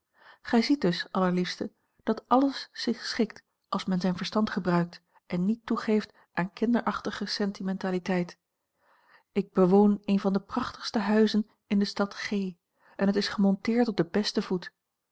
gij ziet dus allerliefste dat alles zich schikt als men zijn a l g bosboom-toussaint langs een omweg verstand gebruikt en niet toegeeft aan kinderachtige sentimentaliteit ik bewoon een van de prachtigste huizen in de stad g en het is gemonteerd op den besten voet